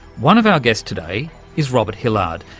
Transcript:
one of our guests today is robert hillard,